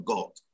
God